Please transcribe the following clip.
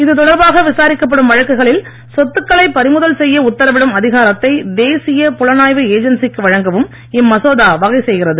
இது தொடர்பாக விசாரிக்கப்படும் வழக்குகளில் சொத்துக்களை பறிமுதல் செய்ய உத்தரவிடும் அதிகாரத்தை தேசிய புலனாய்வு ஏஜென்சிக்கு வழங்கவும் இம்மசோதா வகை செய்கிறது